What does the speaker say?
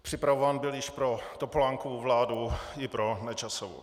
Připravován byl již pro Topolánkovu vládu i pro Nečasovu.